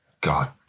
God